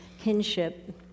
kinship